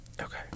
okay